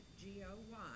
G-O-Y